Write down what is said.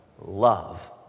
love